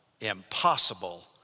Impossible